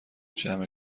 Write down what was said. جمع